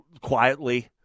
quietly